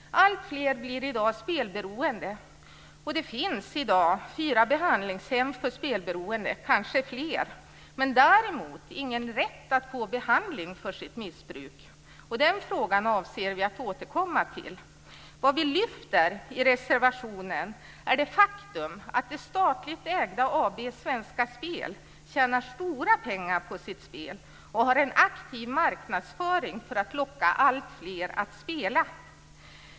Alltfler blir i dag spelberoende. Det finns i dag fyra behandlingshem för spelberoende - kanske fler. Men däremot har man ingen rätt att få behandling för sitt missbruk. Den frågan avser vi att återkomma till. I reservationen lyfter vi fram det faktum att det statligt ägda AB Svenska Spel tjänar stora pengar på sitt spel och har en aktiv marknadsföring för att locka alltfler att spela.